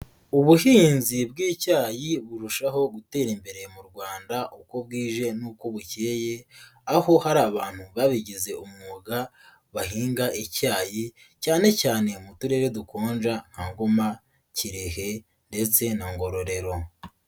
Ubuhinzi bw'icyayi burushaho gutera imbere mu Rwanda uko bwije nuko bukeyeye, aho hari abantu babigize umwuga bahinga icyayi cyane cyane mu turere dukonja nka Ngoma, Kirehe ndetse na Ngororero.